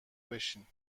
بشین